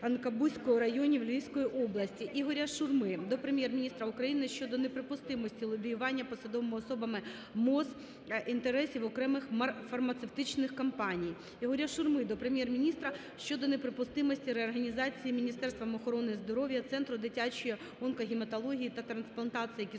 Кам'янка-Бузького районів Львівської області. Ігоря Шурми до Прем'єр-міністра України щодо неприпустимості лобіювання посадовими особами МОЗ України інтересів окремих фармацевтичних компаній. Ігоря Шурми до Прем'єр-міністра щодо неприпустимості реорганізації Міністерством охорони здоров'я Центру дитячої онкогематології та трансплантації кісткового